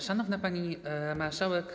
Szanowna Pani Marszałek!